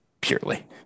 purely